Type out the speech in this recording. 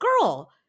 girl